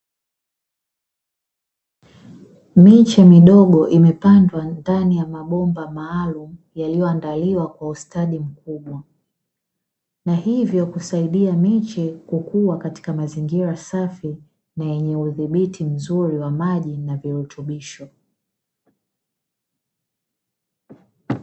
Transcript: Miche idogo imepandwa ndani ya mabomba maalumu iliyoandaliwa kwa ustadi mkubwa a hivyo husaidia michekukua katika mazingira safi na yenye udhibiti mzuri wa maji na virutubisho.